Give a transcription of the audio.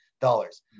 dollars